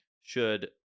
should-